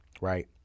Right